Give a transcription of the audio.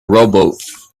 rowboat